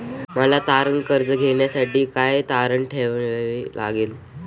मला तारण कर्ज घेण्यासाठी काय तारण ठेवावे लागेल?